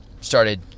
started